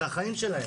זה החיים שלהם.